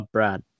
Brad